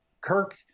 Kirk